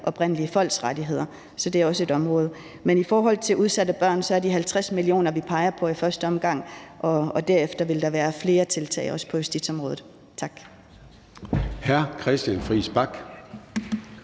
oprindelige folks rettigheder. Så det er også et område. Men i forhold til udsatte børn er det 50 mio. kr., vi peger på i første omgang, og derefter vil der også være flere tiltag på justitsområdet. Tak.